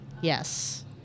Yes